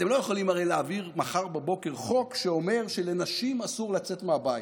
הרי אתם לא יכולים מחר בבוקר להעביר חוק שאומר שלנשים אסור לצאת מהבית,